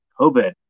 COVID